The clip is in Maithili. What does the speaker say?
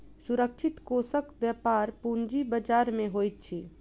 सुरक्षित कोषक व्यापार पूंजी बजार में होइत अछि